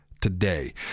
today